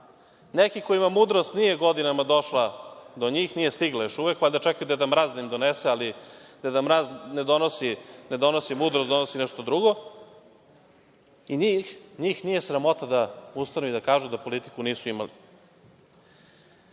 neki kojima mudrost nije godinama došla do njih, nije stigla još uvek, valjda čekaju Deda Mraz da im donese, ali Deda Mraz ne donosi mudrost, donosi nešto drugo, i njih nije sramota da ustanu i da kažu da politiku nisu imali.